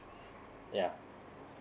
yeah